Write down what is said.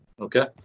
Okay